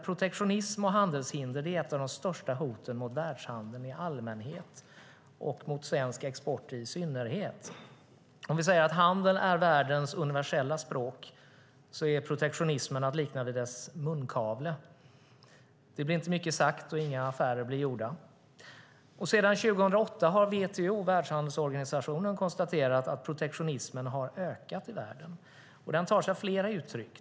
Protektionism och handelshinder är ett av de största hoten mot världshandeln i allmänhet och mot svensk export i synnerhet. Om handeln är världens universella språk är protektionismen att likna vid dess munkavle. Det blir inte mycket sagt och inga affärer blir gjorda. Sedan 2008 har WTO, världshandelsorganisationen, konstaterat att protektionismen har ökat i världen. Den tar sig flera uttryck.